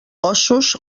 ossos